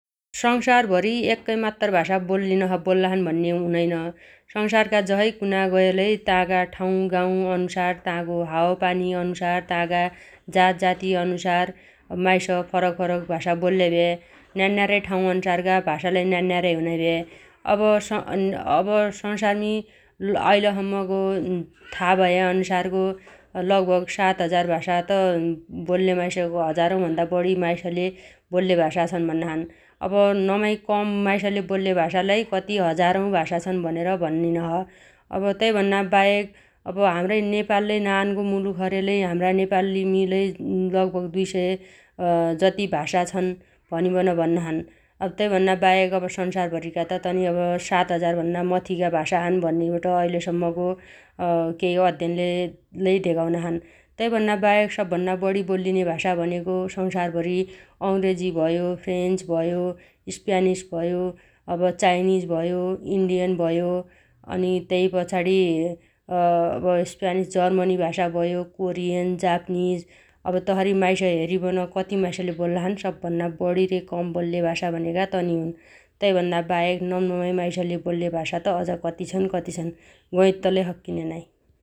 संसारभरि एक्कै मात्तर भाषा बोल्लिनोछ बोल्लाछन् भन्ने हुनैन । संसारका जसइ कुना गयलै तागा ठाउ गाउ अनुसार तागो हावापानी अनुसार तागा जातजाति अनुसार माइस फरकफरक भाषा बोल्ल्या भ्या । न्यान्न्यारै ठाउ अनसारगा भाषा लै न्यान्न्यारै हुन्या भ्या । अब संसारमी अइलसम्मगो था भया अन्सारगो लगभग सात हजार भाषा त बोल्ले माइसगो हजारौ भन्ना बढि माइसले बोल्ले भाषा छन् भन्नाछन् । अब नमाइ कम माइसले बोल्ने भाषा लै कति हजारौ भाषा छन् भनेर भन्निन छ । अब तै भन्नाबाहेक अब हाम्रै नेपाललै नान्गो मुलुक छ रे लै हाम्रा नेपालमी लै लगभग दुइ सय जति भाषा छन् भनिबन भन्नाछन् । अब तैभन्नाबाहेक अब स‌ंसारभरीगा त तनी अब सात हजार मथिगा भाषा छन् भन्निबट अब ऐल सम्मगो केइ अध्ययनले लै धेगाउनाछन् । तैभन्नाबाहेक सबभन्ना बणी बोल्लिने भाषा भनेगो संसारभरी अंग्रेजी भयो फ्रेन्च भयो स्प्यानिस भयो अब चाइनिज भयो इन्डियन भयो अनि तैपछाणी अब स्प्यानिस जर्मनी भाषा भयो कोरियन जापानिज । अब तसरी माइस हेरिबन कति माइसले बोल्लाछन् सबभन्ना बढि रे कम बोल्ले भाषा भनेगा तनि हुन् । तैभन्ना बाहेक नम्नमाइ माइसले बोल्ले भाषा त अज कति छन् कति छन् । गैत्त लै सक्किनेनाइ ।